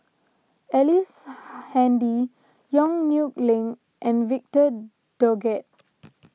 Ellice Handy Yong Nyuk Lin and Victor Doggett